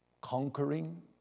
conquering